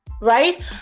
right